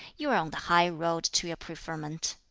you are on the high road to your preferment.